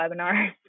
webinars